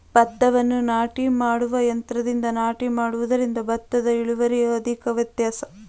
ಭತ್ತವನ್ನು ನಾಟಿ ಮಾಡುವ ಯಂತ್ರದಿಂದ ನಾಟಿ ಮಾಡುವುದರಿಂದ ಭತ್ತದ ಇಳುವರಿಯಲ್ಲಿ ಅಧಿಕ ವ್ಯತ್ಯಾಸ ಕಂಡುಬರುವುದೇ?